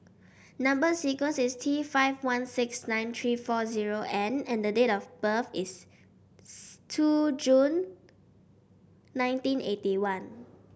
number sequence is T five one six nine three four zero N and the date of birth is two June nineteen eighty one